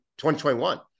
2021